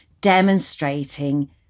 demonstrating